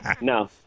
No